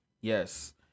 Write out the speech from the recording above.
yes